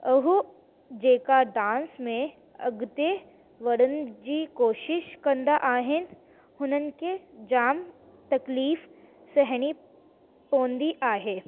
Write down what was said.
ऐं जेका डांस में अॻिते वधण जी कोशिश कंदा आहिनि हुननि खे जाम तकलीफ़ु सहिणी पवंदी आहे